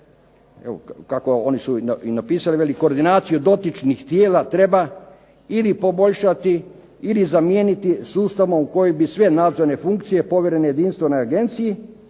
kako oni su i napisali, veli koordinaciju dotičnih tijela treba ili poboljšati ili zamijeniti sustavom koji bi sve nadzorne funkcije povjerene jedinstvenoj agenciji,